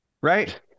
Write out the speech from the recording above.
Right